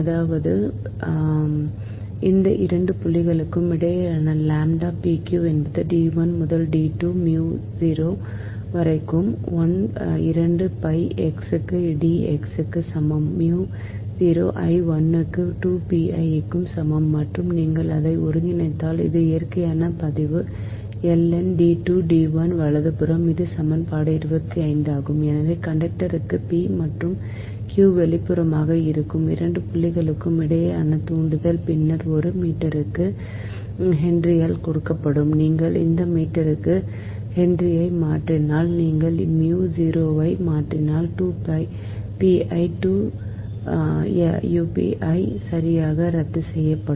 அதாவது இந்த இரண்டு புள்ளிகளுக்கு இடையேயான லாம்ப்டா pq என்பது D 1 முதல் D 2 mu 0 வரை I க்கு 2 pi x க்கு D x க்கு சமம் mu 0 I க்கு 2 pi க்கு சமம் மற்றும் நீங்கள் அதை ஒருங்கிணைத்தால் இது இயற்கையான பதிவு L n D 2 D 1 வலப்புறம் இது சமன்பாடு 25 ஆகும் எனவே கண்டக்டருக்கு p மற்றும் q வெளிப்புறமாக இருக்கும் 2 புள்ளிகளுக்கு இடையேயான தூண்டல் பின்னர் ஒரு மீட்டருக்கு ஹென்றியால் கொடுக்கப்படும் நீங்கள் ஒரு மீட்டருக்கு ஹென்றியை மாற்றினால் நீங்கள் mu 0 ஐ மாற்றினால் 2 pi 2 பpi சரியாக ரத்து செய்யப்படும்